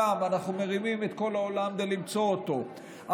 אנחנו מרימים את כל העולם כדי למצוא אותו,